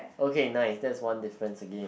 okay nice that is one difference again